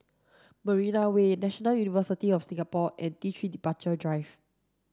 Marina Way National University of Singapore and T three Departure Drive